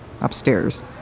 upstairs